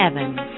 Evans